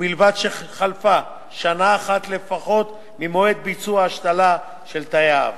ובלבד שחלפה שנה אחת לפחות ממועד ביצוע השתלה של תאי האב.